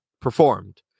performed